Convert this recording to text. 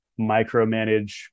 micromanage